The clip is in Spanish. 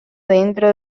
dentro